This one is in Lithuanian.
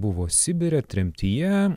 buvo sibire tremtyje